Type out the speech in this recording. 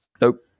Nope